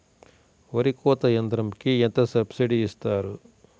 వరి కోత యంత్రంకి ఎంత సబ్సిడీ ఇస్తారు?